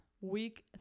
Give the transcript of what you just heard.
week